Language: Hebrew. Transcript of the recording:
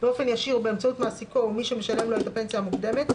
באופן ישיר או באמצעות מעסיקו או מי שמשלם לו את הפנסיה המוקדמת,